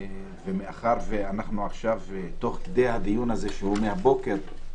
ומאחר ואנחנו עכשיו תוך כדי הדיון הזה שמתיקים מהבוקר,